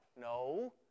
No